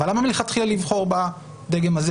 אבל למה מלכתחילה לבחור בדגם הזה?